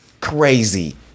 Crazy